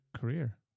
career